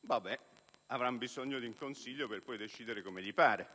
Bene, avranno bisogno di un consiglio per poi decidere come gli pare!